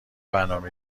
برنامه